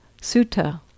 sutta